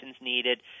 needed